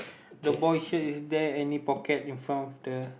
the boy here is there any pocket in front of the